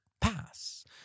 pass